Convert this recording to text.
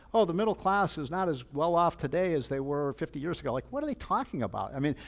oh, the middle class is not as well off today as they were fifty years ago. like what are they talking about? i mean,